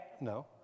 no